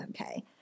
okay